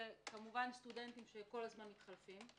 כמובן, סטודנטים שכל הזמן מתחלפים.